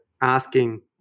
asking